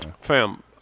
fam